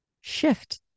shift